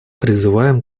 призываем